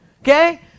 Okay